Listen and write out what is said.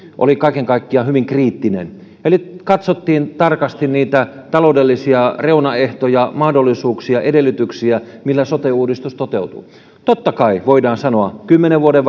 oli kaiken kaikkiaan hyvin kriittinen eli katsottiin tarkasti niitä taloudellisia reunaehtoja mahdollisuuksia edellytyksiä millä sote uudistus toteutuu totta kai voidaan sanoa että vaikkapa kymmenen vuoden